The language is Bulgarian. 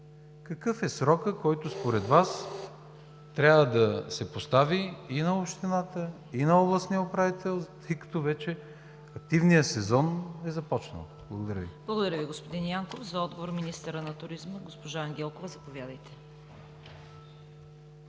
Какъв е срокът, който според Вас трябва да се постави и на общината, и на областния управител, тъй като вече активният сезон е започнал? Благодаря Ви. ПРЕДСЕДАТЕЛ ЦВЕТА КАРАЯНЧЕВА: Благодаря Ви, господин Янков. За отговор – министърът на туризма, госпожа Ангелкова. Заповядайте.